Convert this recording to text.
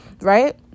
right